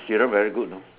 serum very good know